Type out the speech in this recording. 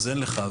אין לך.